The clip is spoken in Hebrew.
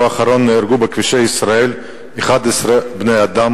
בשבוע האחרון נהרגו בכבישי ישראל 11 בני-אדם.